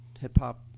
Hip-hop